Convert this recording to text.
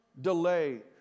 delay